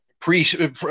Pre